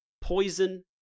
poison